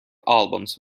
albums